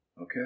Okay